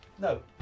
No